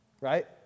right